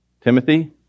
timothy